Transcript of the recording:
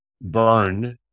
burn